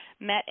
met